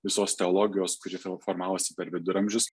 visos teologijos kuri transformavosi per viduramžius